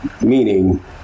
Meaning